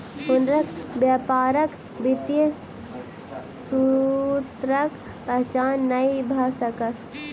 हुनकर व्यापारक वित्तीय सूत्रक पहचान नै भ सकल